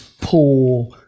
poor